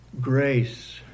grace